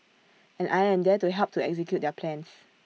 and I am there to help to execute their plans